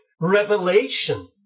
Revelation